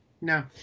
No